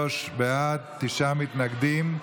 33 בעד, תשעה מתנגדים.